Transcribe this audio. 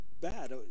bad